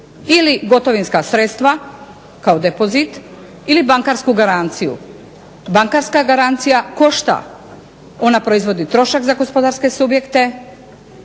ili gotovinska sredstva kao depozit ili bankarsku garanciju. Bankarska garancija košta. Ona proizvodi trošak za gospodarske subjekte.